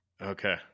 Okay